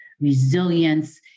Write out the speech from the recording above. resilience